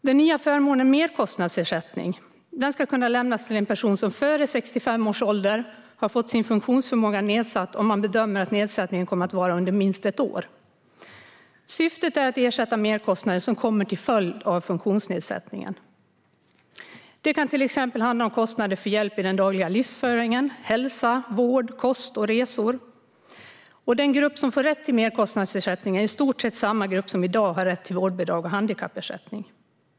Den nya förmånen merkostnadsersättning ska kunna ges till en person som före 65 års ålder har fått sin funktionsförmåga nedsatt och där man bedömer att nedsättningen kommer att vara under minst ett år. Syftet är att ersätta merkostnader som uppstår till följd av funktionsnedsättningen. Det kan till exempel handla om kostnader för hjälp i den dagliga livsföringen, hälsa, vård, kost och resor. Den grupp som får rätt till merkostnadsersättning är i stort sett samma grupp som i dag har rätt till vårdbidrag och handikappersättning.